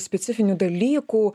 specifinių dalykų